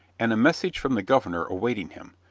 and a message from the governor awaiting him,